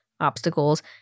obstacles